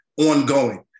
ongoing